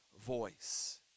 voice